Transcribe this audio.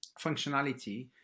functionality